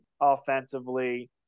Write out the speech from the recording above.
offensively